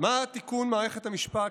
מה התיקון במערכת המשפט?